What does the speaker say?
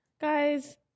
Guys